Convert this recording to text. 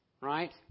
right